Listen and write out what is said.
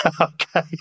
Okay